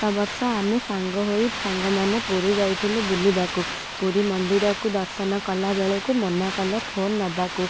ଗତବର୍ଷ ଆମେ ସାଙ୍ଗ ହୋଇ ସାଙ୍ଗମାନେ ପୁରୀ ଯାଇଥିଲୁ ବୁଲିବାକୁ ପୁରୀ ମନ୍ଦିରକୁ ଦର୍ଶନ କଲାବେଳକୁ ମନା କଲେ ଫୋନ୍ ନବାକୁ